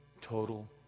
total